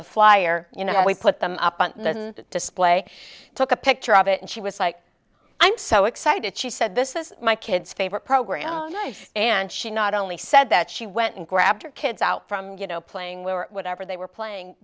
the flyer you know we put them up on the display took a picture of it and she was like i'm so excited she said this is my kids favorite program and she not only said that she went and grabbed her kids out from playing were whatever they were playing